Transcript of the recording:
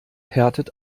härtet